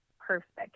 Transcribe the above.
perfect